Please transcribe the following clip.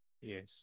Yes